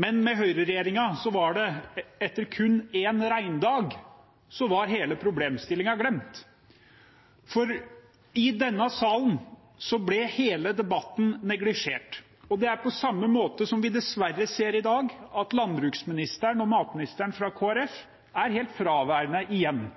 Men med høyreregjeringen gikk det kun en regndag, så var hele problemstillingen glemt. I denne salen ble hele debatten neglisjert, på samme måte som vi i dag dessverre ser at landbruks- og matministeren, fra Kristelig Folkeparti, er helt fraværende – igjen,